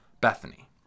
Bethany